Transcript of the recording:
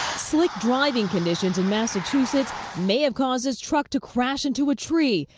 slick driving conditions in massachusetts may have caused this truck to crash into a tree,